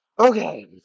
Okay